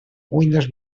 windows